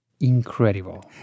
Incredible